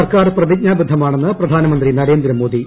സർക്കാർ പ്രതിജ്ഞാബദ്ധമാണെന്ന് പ്രധാനമന്ത്രി നരേന്ദ്ര മോദി